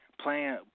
Playing